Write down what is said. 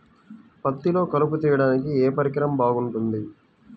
పత్తిలో కలుపు తీయడానికి ఏ పరికరం బాగుంటుంది?